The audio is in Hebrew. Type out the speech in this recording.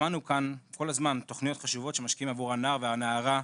שמענו כאן כל הזמן תוכניות חשובות שמשקיעים עבור הנער והנערה.